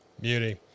Beauty